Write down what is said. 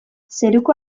zeruko